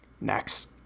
Next